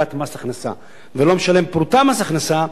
למדרגת מס הכנסה ולא משלם פרוטה מס הכנסה,